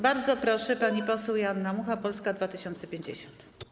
Bardzo proszę, pani poseł Joanna Mucha, Polska 2050.